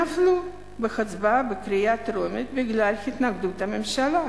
נפלו בהצבעה בקריאה טרומית בגלל התנגדות הממשלה.